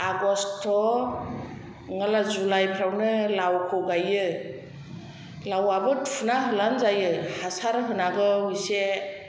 August' नङाब्ला जुलाइफ्रावनो लावखौ गायो लावआबो थुना होब्लानो जायो हासार होनांगौ एसे